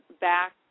back